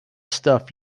stuff